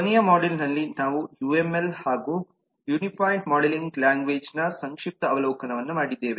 ಕೊನೆಯ ಮಾಡ್ಯೂಲ್ನಲ್ಲಿ ನಾವು ಯುಎಂಎಲ್ ಹಾಗೂ ಯೂನಿಫೈಡ್ ಮಾಡೆಲಿಂಗ್ ಲ್ಯಾಂಗ್ವೇಜ್ ನ ಸಂಕ್ಷಿಪ್ತ ಅವಲೋಕನವನ್ನು ಮಾಡಿದ್ದೇವೆ